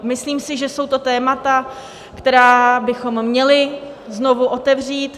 Myslím si, že jsou to témata, která bychom měli znovu otevřít.